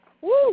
Woo